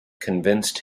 convinced